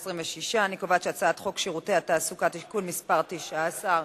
26. אני קובעת שהצעת חוק שירות התעסוקה (תיקון מס' 19),